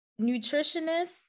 nutritionists